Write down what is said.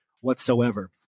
whatsoever